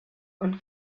und